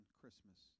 Christmas